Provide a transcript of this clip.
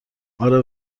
آره